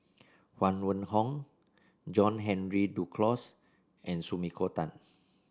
Huang Wenhong John Henry Duclos and Sumiko Tan